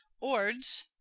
Ord's